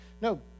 No